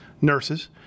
nurses